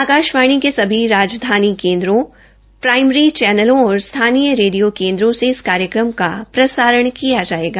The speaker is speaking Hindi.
आकाशवाणी के सभी राजधानी केन्द्रों प्राईमरी चैनलो और स्थानीय रेडियो केन्द्रों से इस कार्यक्रम का प्रसारण किया जायेगा